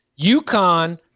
UConn